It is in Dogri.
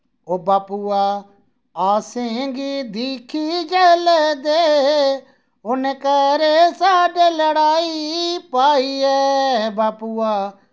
ओ बाप्पूआ असेंगी दिक्खी जल्दे उ'नै घरें साढ़ै लड़ाई पाई ऐ बाप्पूआ